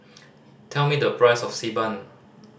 tell me the price of Xi Ban